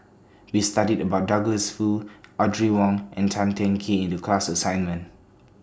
We studied about Douglas Foo Audrey Wong and Tan Teng Kee in The class assignment